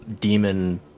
demon